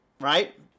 Right